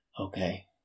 Okay